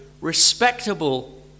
respectable